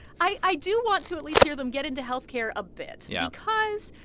i i do want to at least hear them get into health care a bit. yeah because,